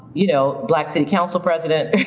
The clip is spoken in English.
you know black city council president.